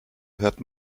hört